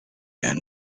and